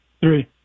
Three